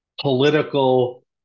political